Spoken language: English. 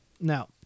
Now